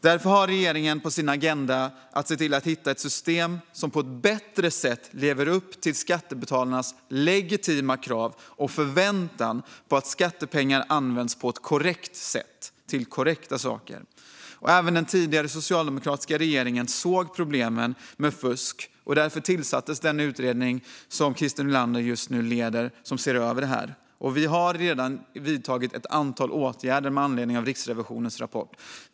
Därför har regeringen på sin agenda att se till att hitta ett system som på ett bättre sätt lever upp till skattebetalarnas legitima krav och förväntan på att skattepengar används på ett korrekt sätt till korrekta saker. Även den tidigare socialdemokratiska regeringen såg problemen med fusk, och därför tillsattes den utredning som nu ser över detta under Christer Nylanders ledning. Vi har redan vidtagit ett antal åtgärder med anledning av Riksrevisionens rapport.